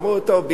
אמרו: טוב,